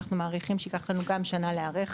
אנחנו מעריכים שייקח לנו גם שנה להיערך,